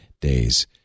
days